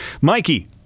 Mikey